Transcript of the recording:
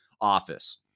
office